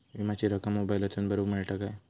विमाची रक्कम मोबाईलातसून भरुक मेळता काय?